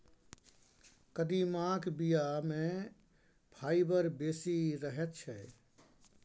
कदीमाक बीया मे फाइबर बेसी रहैत छै